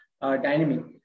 dynamic